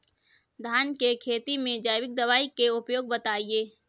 धान के खेती में जैविक दवाई के उपयोग बताइए?